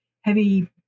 heavy